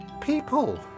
people